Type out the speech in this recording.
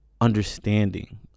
understanding